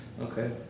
Okay